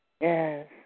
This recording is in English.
Yes